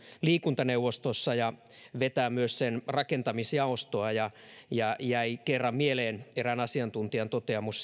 liikuntaneuvostossa ja vetää myös sen rakentamisjaostoa ja ja jäi kerran mieleen erään asiantuntijan toteamus